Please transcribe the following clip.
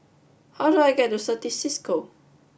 how do I get to Certis Cisco